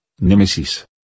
nemesis